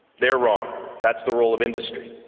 they're wrong, that's the role of industry.